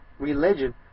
religion